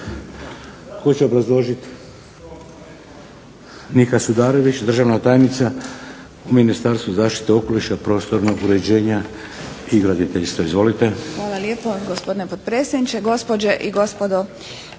Hvala lijepo gospodine potpredsjedniče. Gospođe i gospodo